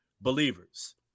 believers